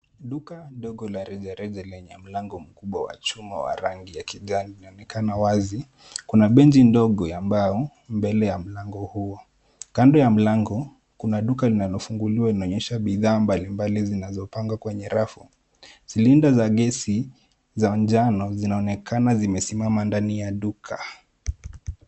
Duka ndogo la rejereja lenye mlango mkubwa wa chuma wa rangi ya kijani linaonekana wazi. Kuna benchi ndogo ya mbao mbele ya mlango huo, kando ya mlango kuna duka linalofunguliwa linaonyesha bidhaa mbalimbali zinazopangwa kwenye rafu. Silinda za gesi za njano zinaonekana zimesimama ndani ya duka.